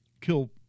Kill